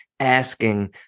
Asking